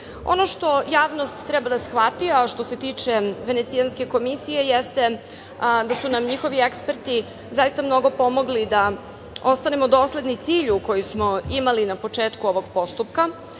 što javnost treba da shvati, a što se tiče Venecijanske komisije, jeste da su nam njihovi eksperti zaista mnogo pomogli da ostanemo dosledni cilju koji smo imali na početku ovog postupka,